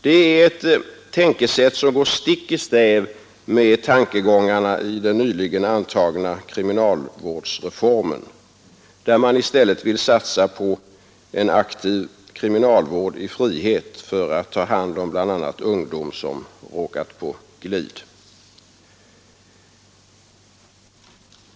Det är ett tänkesätt som går stick i stäv med tankegångarna i den nyligen antagna kriminalvårdsreformen, där men i stället vill satsa på en aktiv kriminalvård i frihet för att ta hand om bl.a. ungdom som råkat på glid.